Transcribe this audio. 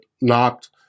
knocked